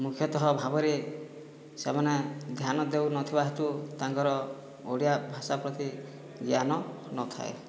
ମୁଖ୍ୟତଃ ଭାବରେ ସେମାନେ ଧ୍ୟାନ ଦେଉନଥିବା ହେତୁ ତାଙ୍କର ଓଡ଼ିଆ ଭାଷା ପ୍ରତି ଜ୍ଞାନ ନଥାଏ